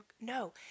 No